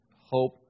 hope